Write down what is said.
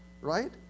right